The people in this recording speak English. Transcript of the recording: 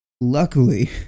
Luckily